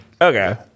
okay